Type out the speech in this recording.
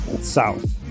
south